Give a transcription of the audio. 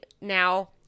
Now